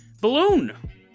balloon